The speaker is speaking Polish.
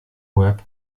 łeb